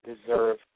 deserve